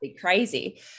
crazy